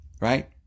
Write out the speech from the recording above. right